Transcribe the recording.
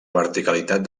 verticalitat